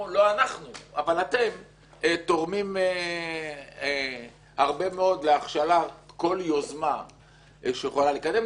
אתם תורמים הרבה מאוד להכשלת כל יוזמה שיכולה לקדם.